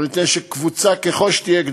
לא ניתן שקבוצה, גדולה ככל שתהיה,